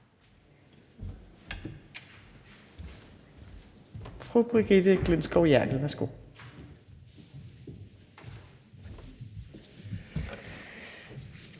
Fru Brigitte Klintskov Jerkel, værsgo.